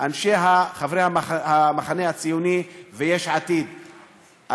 חברי המחנה הציוני ויש עתיד,